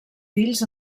fills